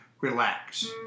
relax